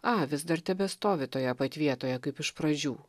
a vis dar tebestovi toje pat vietoje kaip iš pradžių